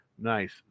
nice